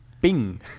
Bing